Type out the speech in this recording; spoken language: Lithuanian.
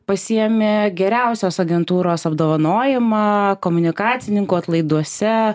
pasiėmė geriausios agentūros apdovanojimą komunikacininkų atlaiduose